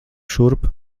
šurp